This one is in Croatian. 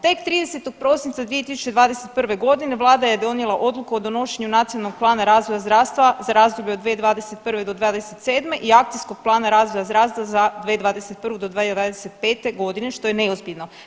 Tek 30. prosinca 2021.g. vlada je donijela odluku o donošenju Nacionalnog plana razvoja zdravstva za razdoblje od 2021.-2027. i Akcijskog plana razvoja zdravstva za 2021.-2025.g. što je neozbiljno.